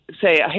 say